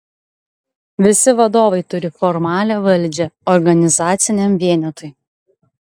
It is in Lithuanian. visi vadovai turi formalią valdžią organizaciniam vienetui